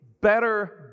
better